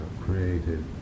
created